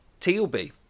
Tealby